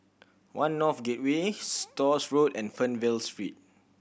One North Gateway Stores Road and Fernvale Street